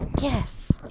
yes